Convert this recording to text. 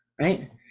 right